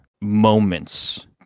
moments